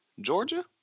Georgia